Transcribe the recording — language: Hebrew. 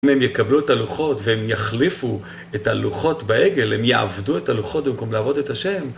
אם הם יקבלו את הלוחות והם יחליפו את הלוחות בעגל, הם יעבדו את הלוחות במקום לעבוד את השם,